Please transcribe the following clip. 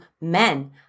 men